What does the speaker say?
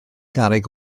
garreg